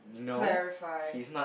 clarify